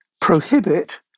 prohibit